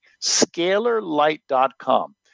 ScalarLight.com